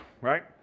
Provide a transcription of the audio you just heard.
right